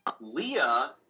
Leah